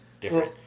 different